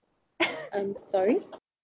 I'm sorry